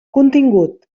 contingut